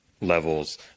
levels